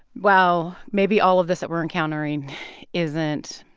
wow, maybe all of this that we're encountering isn't